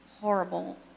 horrible